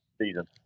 season